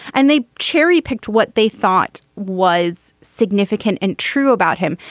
and they cherry picked what they thought was significant and true about him.